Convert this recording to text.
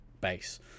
base